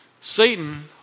Satan